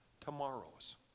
tomorrows